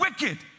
wicked